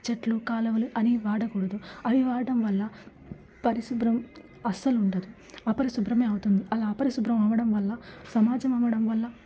చెట్లు కాలవలు అని వాడకూడదు అవి వాడడం వల్ల పరిశుభ్రం అస్సలు ఉండదు అపరిశుభ్రమే అవుతుంది అలా అపరిశుభ్రం అవ్వడం వల్ల సమాజం అవ్వడం వల్ల